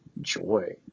joy